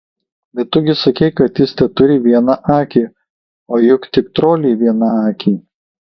bet tu gi sakei kad jis teturi vieną akį o juk tik troliai vienakiai